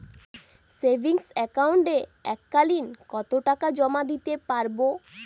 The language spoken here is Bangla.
সেভিংস একাউন্টে এক কালিন কতটাকা জমা দিতে পারব?